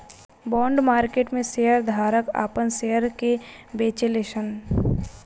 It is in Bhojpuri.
बॉन्ड मार्केट में शेयर धारक आपन शेयर के बेचेले सन